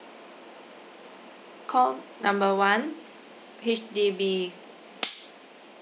call number one H_D_B